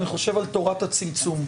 אני חושב על תורת הצמצום.